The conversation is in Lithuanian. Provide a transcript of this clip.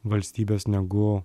valstybės negu